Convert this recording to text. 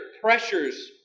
pressures